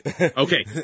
Okay